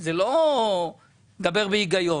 זה לא לדבר בהיגיון,